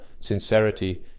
sincerity